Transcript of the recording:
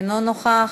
אינו נוכח,